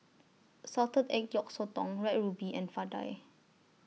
Salted Egg Yolk Sotong Red Ruby and Vadai